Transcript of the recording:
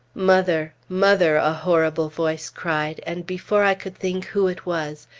mother! mother! a horrible voice cried, and before i could think who it was,